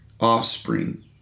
offspring